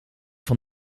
van